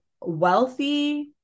wealthy